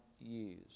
years